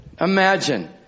imagine